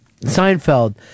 Seinfeld